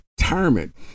retirement